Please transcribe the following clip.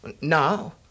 No